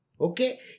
Okay